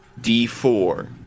D4